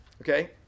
okay